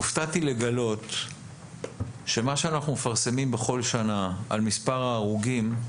הופתעתי לגלות שמה שאנחנו מפרסמים בכל שנה על מספר ההרוגים,